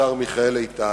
השר מיכאל איתן,